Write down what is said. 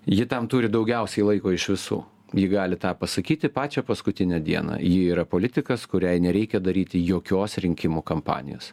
ji tam turi daugiausiai laiko iš visų ji gali tą pasakyti pačią paskutinę dieną ji yra politikas kuriai nereikia daryti jokios rinkimų kampanijos